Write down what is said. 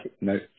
no